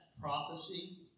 prophecy